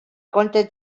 contes